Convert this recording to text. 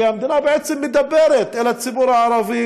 כי המדינה בעצם מדברת אל הציבור הערבי